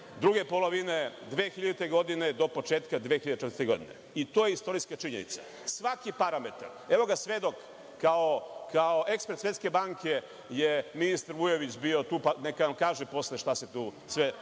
druge polovine 2000. godine do početka 2004. godine, i to je istorijska činjenica. Svaki parametar, evo ga svedok, kao ekspert Svetske banke je ministar Vujović bio tu, pa neka nam kaže posle šta se tu sve